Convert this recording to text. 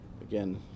again